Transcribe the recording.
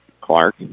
Clark